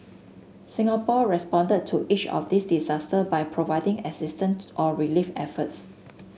Singapore responded to each of these disaster by providing assistant or relief efforts